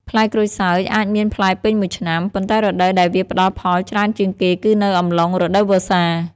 ផ្លែក្រូចសើចអាចមានផ្លែពេញមួយឆ្នាំ ប៉ុន្តែរដូវដែលវាផ្ដល់ផលច្រើនជាងគេគឺនៅអំឡុង រដូវវស្សា។